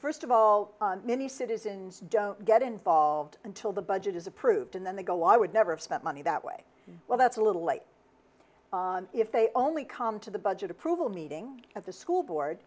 first of all many citizens don't get involved until the budget is approved and then they go i would never spend money that way well that's a little late if they only come to the budget approval meeting of the school board